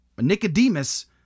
Nicodemus